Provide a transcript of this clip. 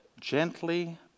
gently